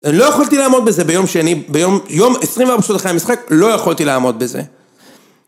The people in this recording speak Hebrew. לא יכולתי לעמוד בזה ביום שני, ביום 24 שעות אחרי המשחק, לא יכולתי לעמוד בזה.